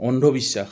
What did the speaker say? অন্ধবিশ্বাস